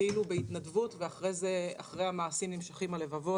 כאילו בהתנדבות ואחרי המעשים נמשכים הלבבות.